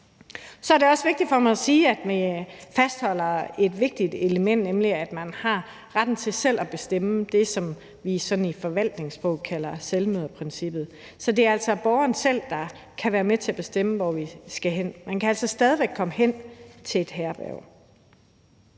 Så er det også vigtigt for mig at sige, at vi fastholder et vigtigt element, nemlig at man har retten til selv at bestemme – det, som vi i forvaltningssprog kalder selvmøderprincippet. Så det er altså borgeren selv, der kan være med til at bestemme, hvor vi skal hen. Man kan altså stadig væk komme hen til et herberg.